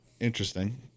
interesting